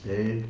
then